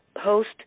host